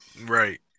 Right